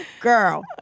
Girl